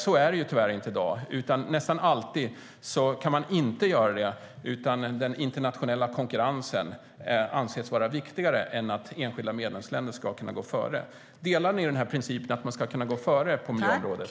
Så är det tyvärr inte i dag. Man kan nästan aldrig göra det, eftersom den internationella konkurrensen anses vara viktigare än att enskilda medlemsländer ska kunna gå före. Delar Folkpartiet principen att enskilda medlemsländer ska kunna gå före på miljöområdet?